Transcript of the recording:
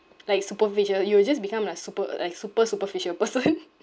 like superficial you will just become like super uh like super superficial person